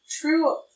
true